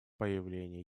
появления